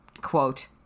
quote